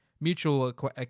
mutual